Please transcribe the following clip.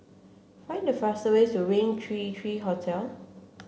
find the fastest way to Rain Three Three Hotel